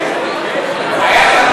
החרדים לכלא, היה,